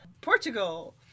Portugal